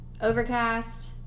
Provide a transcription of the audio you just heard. Overcast